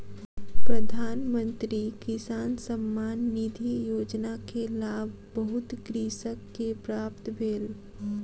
प्रधान मंत्री किसान सम्मान निधि योजना के लाभ बहुत कृषक के प्राप्त भेल